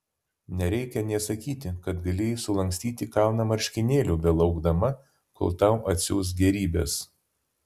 nereikia nė sakyti kad galėjai sulankstyti kalną marškinėlių belaukdama kol tau atsiųs gėrybes